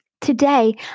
Today